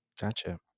gotcha